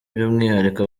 by’umwihariko